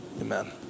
amen